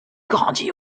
grandit